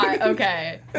okay